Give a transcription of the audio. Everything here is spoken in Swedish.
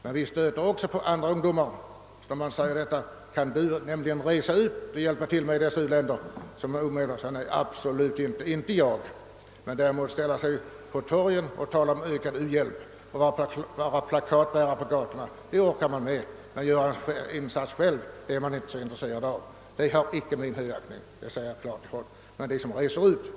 Men vi stöter också på andra ungdomar som absolut inte vill resa ut och göra en insats men däremot gärna ställer sig på torgen och talar om ökad u-hjälp och bär plakat på gatorna. De har icke min högaktning, men det har däremot de som reser ut.